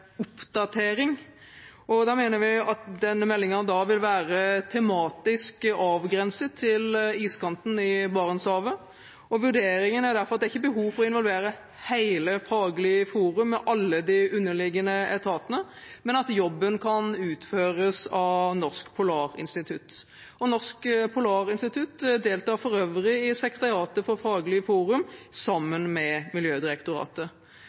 oppdatering. Da mener vi at denne meldingen vil være tematisk avgrenset til iskanten i Barentshavet. Vurderingen er derfor at det ikke er behov for å involvere hele Faglig forum med alle de underliggende etatene, men at jobben kan utføres av Norsk Polarinstitutt. Norsk Polarinstitutt deltar for øvrig i sekretariatet for Faglig forum sammen med Miljødirektoratet.